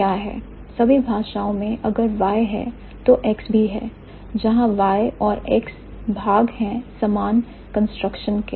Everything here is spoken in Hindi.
सभी भाषाओं में अगर Y है तो X भी है जहां Y और X भाग हैं समान कंस्ट्रक्शन के